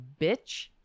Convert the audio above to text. bitch